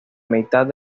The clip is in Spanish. mitad